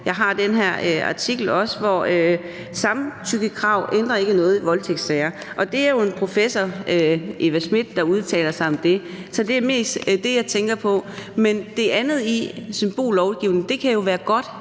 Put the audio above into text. jeg har, hvor der står, at samtykkekrav ikke ændrer noget i voldtægtssager; og det er jo en professor, Eva Smith, der udtaler sig om det, så det er mest det, jeg tænker på. Men det andet i symbollovgivningen kan være godt,